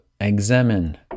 examine